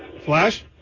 Flash